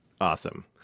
Awesome